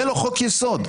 זה לא חוק יסוד.